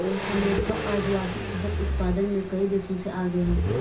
America आज वार्षिक फसल उत्पादन में कई देशों से आगे है